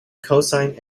cosine